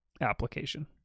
application